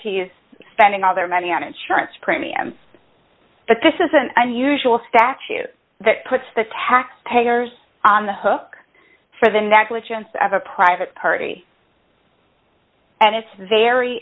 he's spending all their money on insurance premiums but this is an unusual statute that puts the taxpayers on the hook for the negligence of a private party and it's very